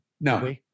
no